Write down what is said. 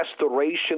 restoration